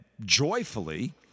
joyfully